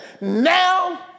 Now